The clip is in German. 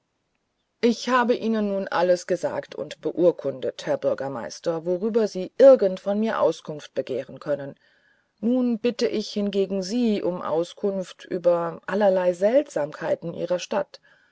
ich habe ihnen nun alles gesagt und beurkundet herr bürgermeister worüber sie irgend von mir auskunft begehren können nun bitte ich hingegen sie um auskunft über allerlei seltsamkeiten ihrer stadt